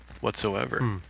whatsoever